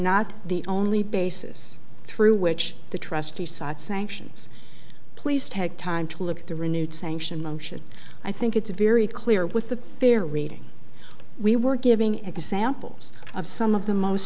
not the only basis through which the trustee cites sanctions please take time to look at the renewed sanction motion i think it's very clear with the fair reading we were giving examples of some of the most